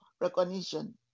recognition